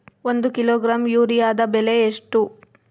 ಒಂದು ಕಿಲೋಗ್ರಾಂ ಯೂರಿಯಾದ ಬೆಲೆ ಎಷ್ಟು?